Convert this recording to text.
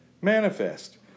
manifest